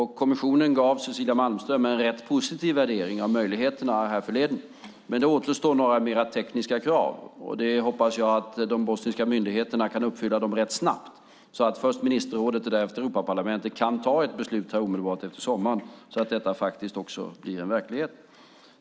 Kommissionen gav Cecilia Malmström en rätt positiv värdering av möjligheterna härförleden, men det återstår några mer tekniska krav. Jag hoppas att de bosniska myndigheterna kan uppfylla dem rätt snabbt, så att först ministerrådet och därefter Europaparlamentet kan ta ett beslut omedelbart efter sommaren, så att detta också blir verklighet.